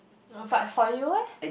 but for you eh